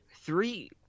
three